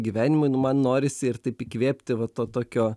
gyvenimui nu man norisi ir taip įkvėpti va to tokio